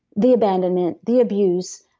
the abandonment, the abuse,